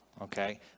Okay